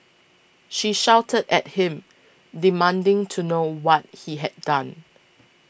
she shouted at him demanding to know what he had done